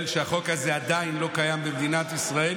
שהחוק הזה עדיין לא קיים במדינת ישראל,